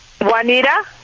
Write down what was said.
Juanita